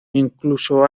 incluso